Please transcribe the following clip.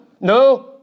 no